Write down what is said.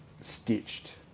stitched